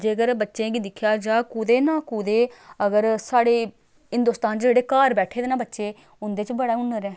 जेकर बच्चें गी दिक्खेआ जा कुतै ना कुदै अगर साढ़े हिंदोस्तान च जेह्ड़े घर बैठे दे ना बच्चे उं'दे च बड़ा हुनर ऐ